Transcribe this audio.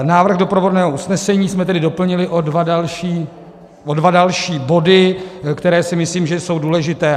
Návrh doprovodného usnesení jsme tedy doplnili o dva další body, které si myslím, že jsou důležité.